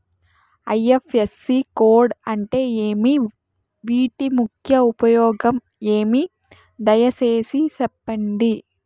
IFSC code అంటే ఏమి? వీటి ముఖ్య ఉపయోగం ఏమి? దయసేసి సెప్పండి?